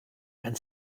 and